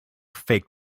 faked